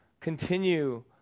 continue